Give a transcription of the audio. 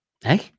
Hey